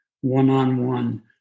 one-on-one